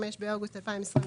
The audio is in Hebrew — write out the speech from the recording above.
5 באוגוסט 2022,